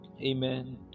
amen